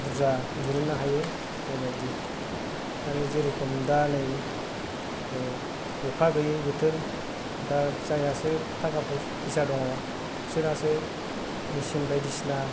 बुरजा दिरुननो हायो बेबायदि आरो जेरोखोम दा नै अखा गैयै बोथोर दा जायहासो थाखा फै फैसा दङ फिसोरहासो मिसिन बायदिसिना